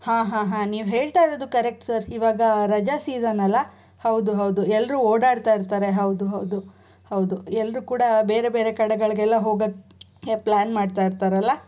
ಹಾಂ ಹಾಂ ಹಾಂ ನೀವು ಹೇಳ್ತಾ ಇರೋದು ಕರೆಕ್ಟ್ ಸರ್ ಇವಾಗ ರಜಾ ಸೀಸನ್ ಅಲ್ಲ ಹೌದು ಹೌದು ಎಲ್ಲರೂ ಓಡಾಡ್ತಾ ಇರ್ತಾರೆ ಹೌದು ಹೌದು ಹೌದು ಎಲ್ಲರೂ ಕೂಡ ಬೇರೆ ಬೇರೆ ಕಡೆಗಳಿಗೆಲ್ಲ ಹೋಗೋಕ್ಕೆ ಪ್ಲ್ಯಾನ್ ಮಾಡ್ತಾ ಇರ್ತಾರಲ್ಲ